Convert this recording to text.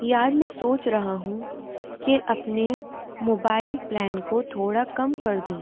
یار میں سوچ رہا ہوں کہ اپنے موبائل پلین کو تھوڑا کم کر دوں